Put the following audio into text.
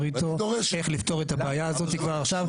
איתו איך לפתור את הבעיה הזאת כבר עכשיו.